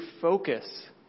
focus